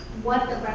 what